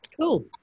Cool